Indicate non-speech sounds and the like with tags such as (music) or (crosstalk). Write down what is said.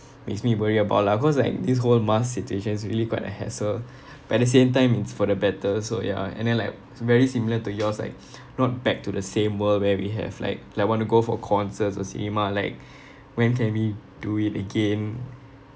makes me worry about lah cause like this whole mask situation is really quite a hassle but at the same time it's for the better so ya and then like very similar to yours like (noise) not back to the same world where we have like like want to go for concerts or cinema like when can we do it again